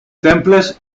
temples